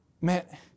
man